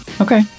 okay